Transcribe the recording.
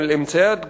על אמצעי התגובה,